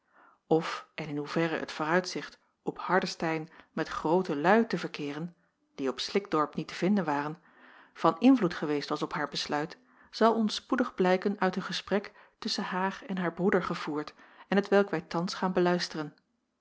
of en in hoeverre het vooruitzicht op hardestein met groote luî te verkeeren die op slikdorp niet te vinden waren van invloed geweest was op haar besluit zal ons spoedig blijken uit een gesprek tusschen haar en haar broeder gevoerd en hetwelk wij thans gaan beluisteren